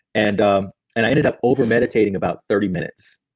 and um and i ended up over meditating about thirty minutes.